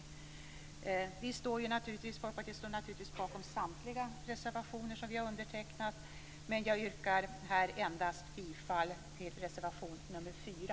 Folkpartiet står naturligtvis bakom samtliga reservationer som vi har undertecknat, men jag yrkar här bifall endast till reservation nr 4.